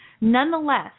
Nonetheless